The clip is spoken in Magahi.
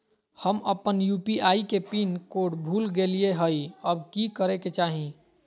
हम अपन यू.पी.आई के पिन कोड भूल गेलिये हई, अब की करे के चाही?